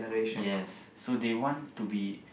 yes so they want to be